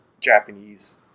Japanese